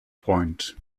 point